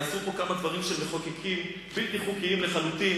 נעשו כאן כמה דברים של מחוקקים בלתי חוקיים לחלוטין,